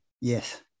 yes